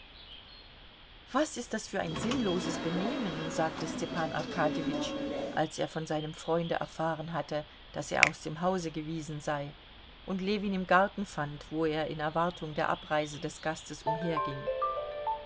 was ist das für ein sinnloses benehmen sagte stepan arkadjewitsch als er von seinem freunde erfahren hatte daß er aus dem hause gewiesen sei und ljewin im garten fand wo er in erwartung der abreise des gastes